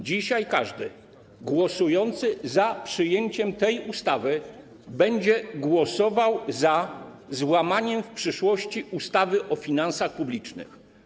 Dzisiaj każdy głosujący za przyjęciem tej ustawy będzie głosował za złamaniem w przyszłości ustawy o finansach publicznych.